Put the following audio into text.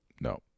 No